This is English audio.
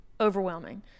overwhelming